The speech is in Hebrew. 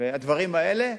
והדברים האלה,